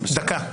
דקה.